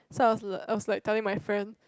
so I was I was like telling my friend